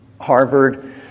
Harvard